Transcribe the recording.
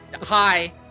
Hi